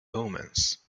omens